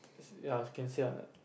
ya you can say ah